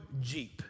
Jeep